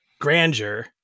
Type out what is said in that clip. grandeur